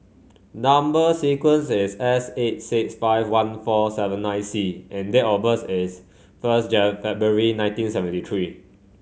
number sequence is S eight six five one four seven nine C and date of birth is first February nineteen seventy three